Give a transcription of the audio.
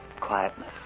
Quietness